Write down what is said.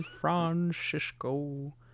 Francisco